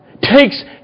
takes